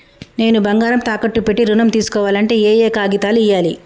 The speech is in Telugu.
నేను బంగారం తాకట్టు పెట్టి ఋణం తీస్కోవాలంటే ఏయే కాగితాలు ఇయ్యాలి?